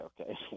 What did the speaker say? okay